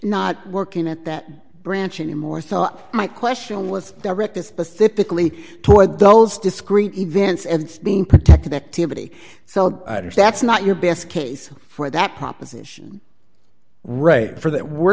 not working at that branch anymore thought my question was directed specifically toward those discrete events and being protected activity so that's not your best case for that proposition right for that we're